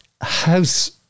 house